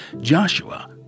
Joshua